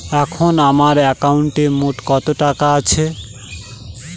এখন আমার একাউন্টে মোট কত টাকা আছে?